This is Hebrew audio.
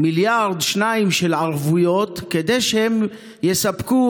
1 2 מיליארד ערבויות כדי שהם יספקו